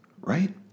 right